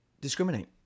discriminate